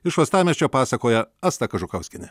iš uostamiesčio pasakojo asta kažukauskienė